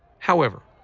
however,